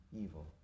evil